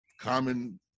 common